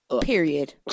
Period